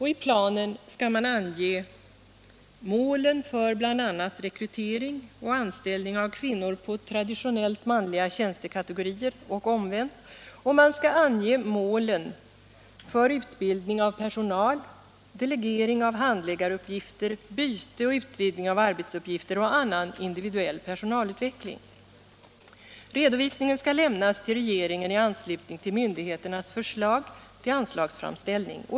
I planen skall man ange målen för bl.a. rekrytering och anställning av kvinnor på traditionellt manliga tjänstekategorier och omvänt, samt målen för utbildning av personal, delegering av handläggaruppgifter, byte och utvidgning av arbetsuppgifter och annan individuell personalutveckling. Redovisningen skall lämnas till regeringen i anslutning till myndigheternas förslag till anslagsframställning.